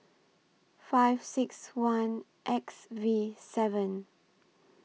five six one X V seven